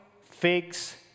figs